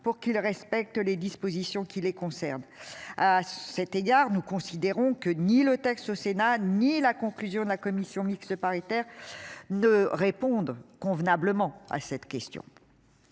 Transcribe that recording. pour qu'il respecte les dispositions qui les concernent. À cet égard, nous considérons que ni le texte au Sénat, ni la conclusion de la commission mixte paritaire de répondre convenablement à cette question.